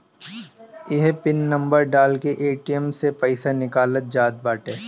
इहे pin number डाल के ए.टी.एम से पईसा निकालल जात बाटे